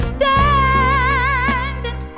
Standing